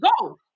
go